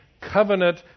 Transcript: covenant